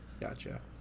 Gotcha